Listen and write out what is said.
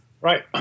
Right